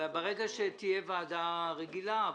ברגע שתהיה ועדה רגילה,